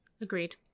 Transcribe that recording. agreed